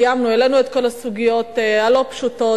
העלינו את כל הסוגיות הלא-פשוטות